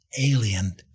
alien